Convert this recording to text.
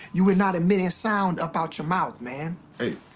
you were not emitting sound up out your mouth, man. hey,